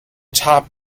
top